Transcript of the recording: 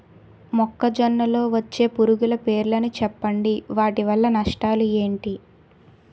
మొక్కజొన్న లో వచ్చే పురుగుల పేర్లను చెప్పండి? వాటి వల్ల నష్టాలు ఎంటి?